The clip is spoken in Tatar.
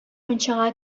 мунчага